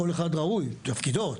זה תפקידו,